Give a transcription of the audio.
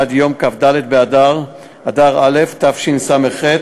עד יום כ"ד באדר א' תשס"ח,